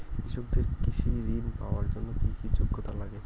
কৃষকদের কৃষি ঋণ পাওয়ার জন্য কী কী যোগ্যতা লাগে?